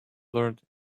blurred